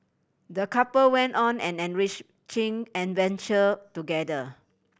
the couple went on an enrich adventure together